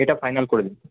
এটা ফাইনাল করে দিন